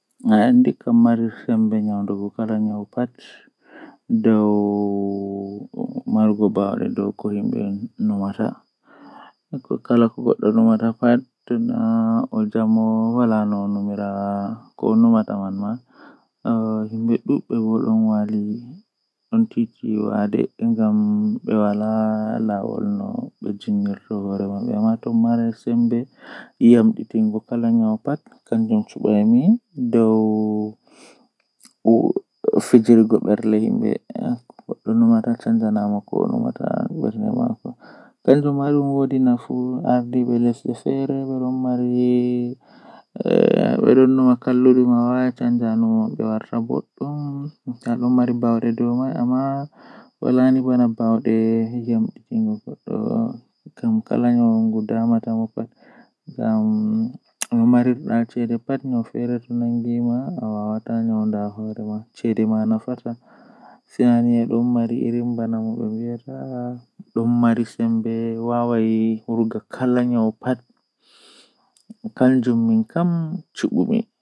No atakkirta karema arandewol kam a ataggitan kare man ha babal jei wala mburi to awuiti ndei atagga dum didi to a taggi didi alora atagga dum nay atagga dum wurta juwetato haa famdita warta peetel.